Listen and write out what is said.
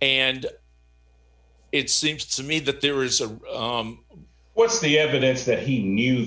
and it seems to me that there is a what's the evidence that he knew